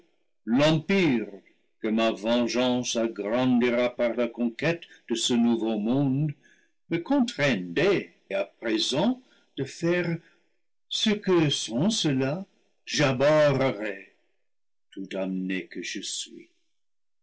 l'empire que ma vengeance agrandira par la conquête de ce nouveau monde me con traindaient à présent de faire ce que sans cela j'abhorrerais tout damné que je suis